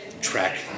track